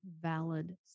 valid